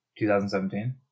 2017